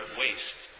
waste